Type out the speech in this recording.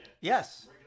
Yes